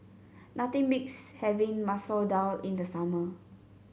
nothing beats having Masoor Dal in the summer